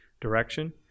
direction